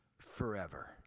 forever